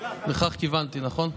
אפשר, לכך כיוונתי, נכון?